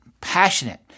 passionate